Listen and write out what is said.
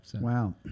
Wow